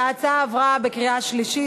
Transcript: ההצעה עברה בקריאה שלישית,